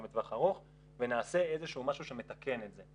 בטווח ארוך ונעשה איזשהו משהו שמתקן את זה.